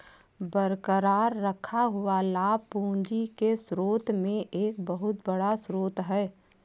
बरकरार रखा हुआ लाभ पूंजी के स्रोत में एक बहुत बड़ा स्रोत है